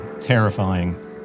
terrifying